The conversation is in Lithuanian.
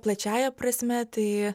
plačiąja prasme tai